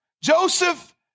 Joseph